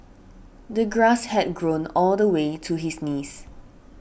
the grass had grown all the way to his knees